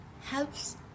helps